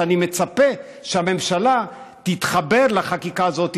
אני מצפה שהממשלה תתחבר לחקיקה הזאת,